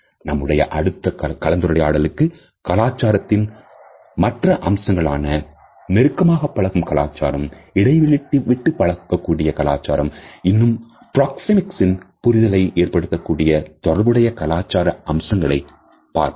நம்முடைய அடுத்த கலந்துரையாடலுக்கு கலாச்சாரத்தின் மற்ற அம்சங்களான நெருக்கமாக பழகும் கலாச்சாரம் இடைவெளி விட்டு பழகக்கூடிய கலாச்சாரம் இன்னும் பிராக்சேமிக்ஸ் புரிதலை ஏற்படுத்தக்கூடிய தொடர்புடைய கலாச்சார அம்சங்களை பார்ப்போமாக